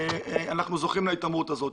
אנחנו זוכים להתעמרות הזאת.